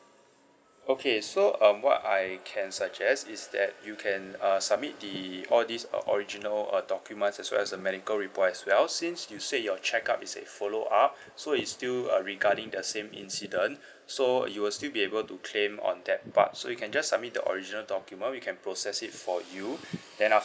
okay so um what I can suggest is that you can uh submit the all these original uh documents as well as the medical report as well since you said your check up is a follow up so it's still uh regarding the same incident so you will still be able to claim on that part so you can just submit the original document we can process it for you then after